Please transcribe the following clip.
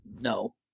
No